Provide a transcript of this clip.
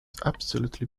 absolutely